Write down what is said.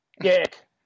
Dick